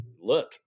look